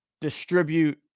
distribute